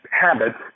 habits